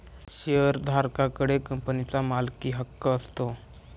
शेअरधारका कडे कंपनीचा मालकीहक्क असतो